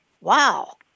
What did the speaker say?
wow